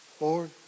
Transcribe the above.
Lord